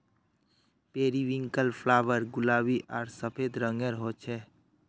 periwinkle flower गुलाबी आर सफ़ेद रंगेर होचे